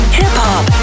hip-hop